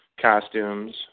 costumes